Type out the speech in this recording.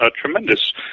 tremendous